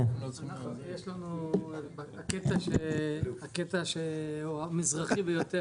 הקטע שהוא מזרחי ביותר,